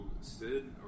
Sid